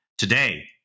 Today